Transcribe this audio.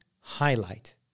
highlight